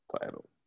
title